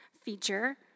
feature